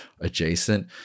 adjacent